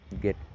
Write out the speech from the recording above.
get